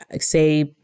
say